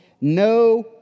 No